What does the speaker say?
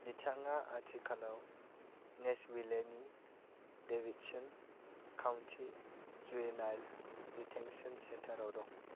बिथाङा आथिखालाव नेशविलेनि डेविडसन काउन्टी जुवेनाइल डिटेन्शन सेन्टारआव दं